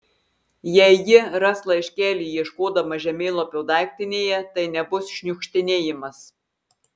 jei ji ras laiškelį ieškodama žemėlapio daiktinėje tai nebus šniukštinėjimas